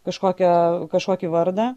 kažkokią kažkokį vardą